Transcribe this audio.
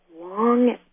long